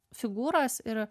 figūros ir